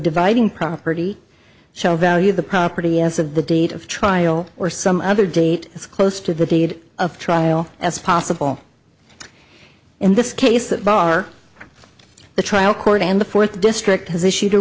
dividing property shall value the property as of the date of trial or some other date as close to the deed of trial as possible in this case that bar the trial court and the fourth district has issued a